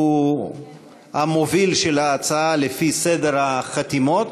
שהוא המוביל של ההצעה לפי סדר החתימות,